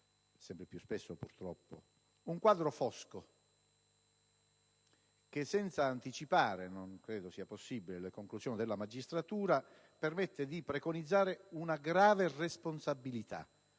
un quadro fosco, che, senza anticipare ‑ non credo sia possibile ‑ le conclusioni della magistratura permette di preconizzare una grave responsabilità